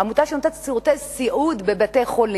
עמותה שנותנת שירותי סיעוד בבתי-חולים,